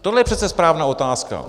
Tohle je přece správná otázka.